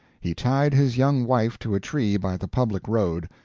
he tied his young wife to a tree by the public road,